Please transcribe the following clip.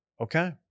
Okay